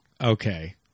okay